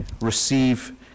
receive